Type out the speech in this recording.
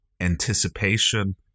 anticipation